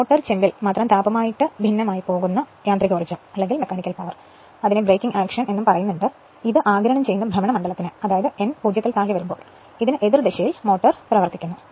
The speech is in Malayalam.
റോട്ടർ ചെമ്പിൽ മാത്രം താപമായി ചിതറിപ്പോകുന്ന യാന്ത്രികോർജം അതായത് ബ്രേക്കിംഗ് ആക്ഷൻ ആഗിരണം ചെയ്യുന്ന ഭ്രമണ മണ്ഡലത്തിന് അതായത് n 0 ൽ താഴെ എതിർ ദിശയിൽ മോട്ടോർ പ്രവർത്തിക്കുന്നു